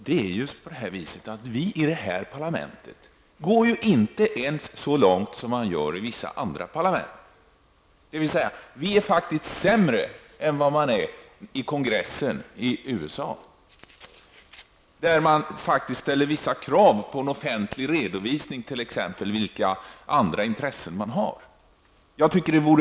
Herr talman! Fru talman! I det här parlamentet går man inte ens så långt som man gör i vissa andra parlament. Vi är faktiskt sämre än vad man är i USAs kongress. Där ställs det vissa krav på en offentlig redovisning, t.ex. att man skall ange vilka intressen man företräder.